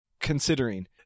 considering